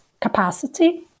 capacity